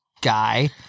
guy